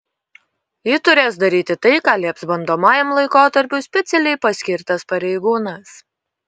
ji turės daryti tai ką lieps bandomajam laikotarpiui specialiai paskirtas pareigūnas